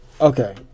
okay